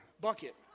bucket